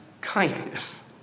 kindness